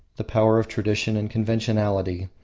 the power of tradition and conventionality,